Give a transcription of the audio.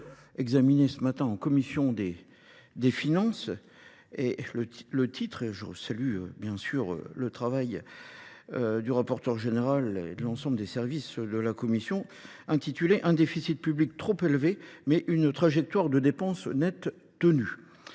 examiné ce matin en commission des finances et le titre, et je salue bien sûr le travail du rapporteur général et de l'ensemble des services de la commission, intitulé un déficit public trop élevé mais une trajectoire de dépenses nette tenue.